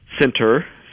Center